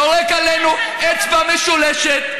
יורק עלינו, אצבע משולשת.